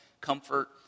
comfort